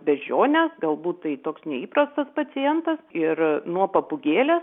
beždžionę galbūt tai toks neįprastas pacientas ir nuo papūgėlės